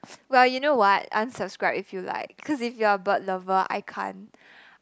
well you know what unsubscribe if you like cause if you're a bird lover I can't